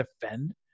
defend